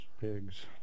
pigs